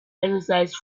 exercise